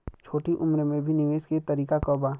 छोटी उम्र में भी निवेश के तरीका क बा?